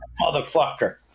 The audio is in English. motherfucker